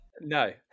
No